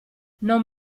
non